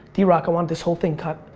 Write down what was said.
drock, i want this whole thing cut,